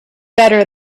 better